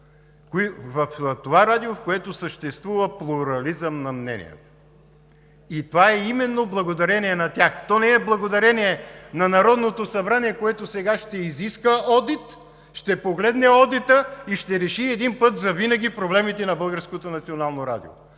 това радио, в което съществува плурализъм на мненията, и това е именно благодарение на тях. То не е благодарение на Народното събрание, което сега ще изисква одит, ще погледне одита и ще реши един път завинаги проблемите на